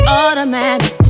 automatic